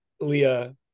leah